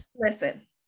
Listen